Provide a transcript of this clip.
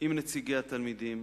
עם נציגי התלמידים